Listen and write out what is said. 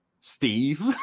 steve